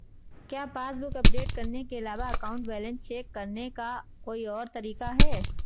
क्या passbook update करने के अलावा अकाउंट बैलेंस चेक करने का कोई और तरीका है?